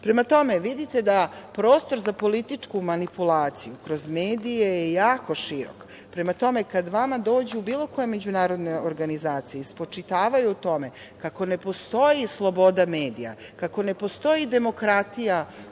tome, vidite da prostor za političku manipulaciju kroz medije je jako širok. Prema tome, kada vama dođu bilo koje međunarodne organizacije i spočitavaju o tome kako ne postoji sloboda medija, kako ne postoji demokratija